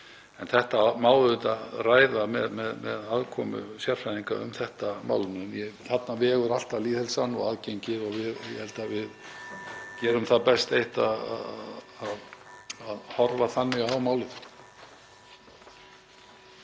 En þetta má auðvitað ræða með aðkomu sérfræðinga um þetta málefni. En þarna vegur alltaf lýðheilsan og aðgengið og ég held að við gerum það best með að horfa þannig á málið.